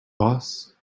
boss